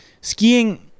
Skiing